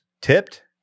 tipped